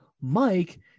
Mike